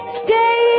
stay